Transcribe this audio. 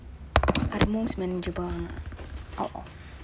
are the most manageable one ah out of